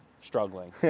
struggling